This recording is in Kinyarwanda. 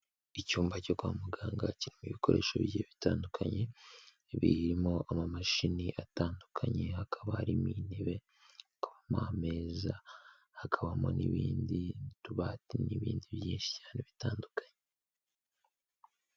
Icyumba cyo kwa muganga kirimo ibikoresho bigiye bitandukanye, birimo amamashini atandukanye, hakaba harimo intebe, hakabamo ameza, hakabamo n'ibindi, utubati n'ibindi byinshi cyane bitandukanye.